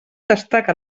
destaca